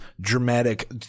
dramatic